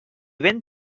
ben